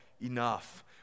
enough